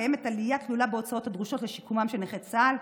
קיימת עלייה תלולה בהוצאות הדרושות לשיקומם של נכי צה"ל,